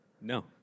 No